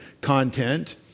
content